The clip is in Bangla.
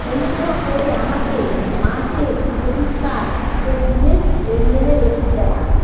অনুগ্রহ করে আমাকে মাসের ক্রেডিট কার্ড এর বিলের লেনদেনের রসিদ দেখান